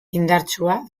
indartsua